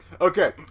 Okay